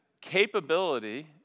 capability